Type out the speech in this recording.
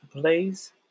plays